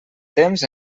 temps